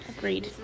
Agreed